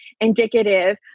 indicative